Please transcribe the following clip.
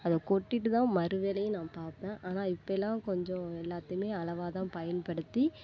அதை கொட்டிகிட்டு தான் மறுவேலையும் நான் பார்ப்பேன் ஆனால் இப்போயெல்லாம் கொஞ்சம் எல்லாத்தையுமே அளவாக தான் பயன்படுத்தி